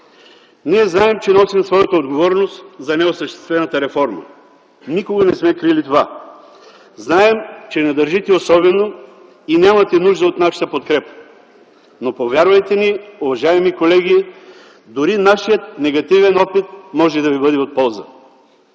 Ние знаем, че носим своята отговорност за неосъществената реформа. Никога не сме крили това. Знаем, че не държите особено и нямате нужда от нашата подкрепа. Но, повярвайте ни, уважаеми колеги, дори нашият негативен опит може да ви бъде от полза.